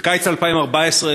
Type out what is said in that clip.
בקיץ 2014,